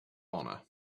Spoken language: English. honor